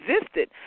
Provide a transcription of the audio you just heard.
existed